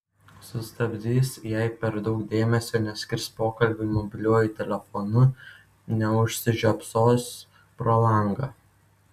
sustabdys jei per daug dėmesio neskirs pokalbiui mobiliuoju telefonu neužsižiopsos pro langą